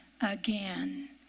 again